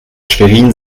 schwerin